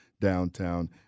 downtown